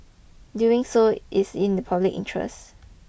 doing so is in the public interest